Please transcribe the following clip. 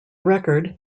record